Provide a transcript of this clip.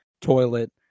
toilet